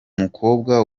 mukobwa